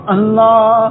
Allah